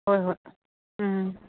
ꯍꯣꯏ ꯍꯣꯏ ꯎꯝ